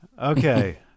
Okay